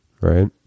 right